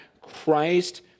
Christ